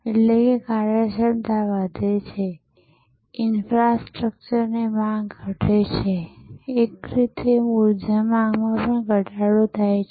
એટલે કાર્યક્ષમતા વધે છે ઇન્ફ્રાસ્ટ્રક્ચરની માંગ ઘટે છે એક રીતે ઉર્જા માંગમાં પણ ઘટાડો થાય છે